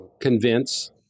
convince